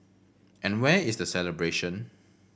and where is the celebration